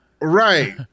Right